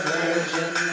Virgin